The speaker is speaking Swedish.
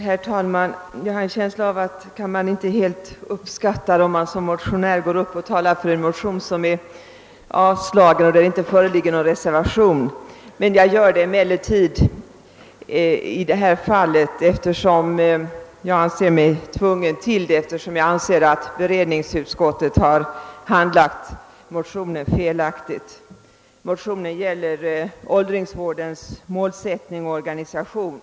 Herr talman! Jag har en känsla av att kammaren inte särskilt uppskattar om man som motionär går upp och talar för en motion som har avstyrkts och någon reservation inte föreligger. Jag anser mig emellertid tvungen att göra det i förevarande ärende, eftersom enligt mitt förmenande allmänna beredningsutskottet har handlagt motionen efter felaktiga premisser. Motionen gäller åldringsvårdens målsättning och organisation.